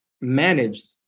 managed